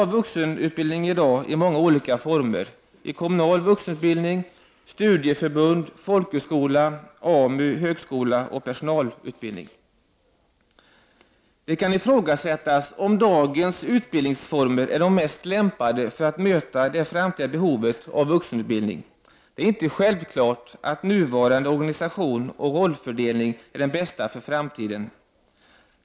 Vuxenutbildning förekommer i dag i många olika former: kommunal vuxenutbildning, studieförbund, folkhögskola, AMU, högskola och personalutbildning. Det kan ifrågasättas om dagens utbildningsformer är de mest lämpade för att möta det framtida behovet av vuxenutbildning. Det är inte själv klart att nuvarande organisation och rollfördelning är den bästa för framtiden.